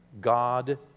God